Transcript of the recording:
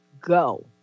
go